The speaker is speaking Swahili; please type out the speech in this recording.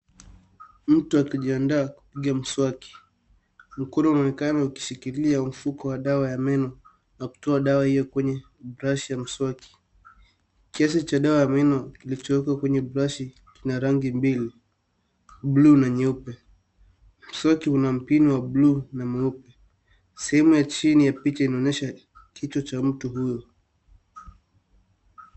Mtu akijiandaa kupiga mswaki. Mkono unaonekana ukishikilia mfuko wa dawa ya meno na kutoa dawa hiyo kwenye brashi ya mswaki. Kiasi cha dawa ya meno kilichowekwa kwenye brashi kina rangi mbili, blue na nyeupe. Mswaki una mpini wa blue na mweupe. Sehemu ya chini ya picha inaonyesha kichwa cha mtu huyu.